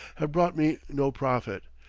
have brought me no profit,